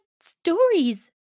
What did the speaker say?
stories